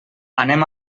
anem